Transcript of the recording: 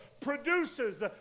produces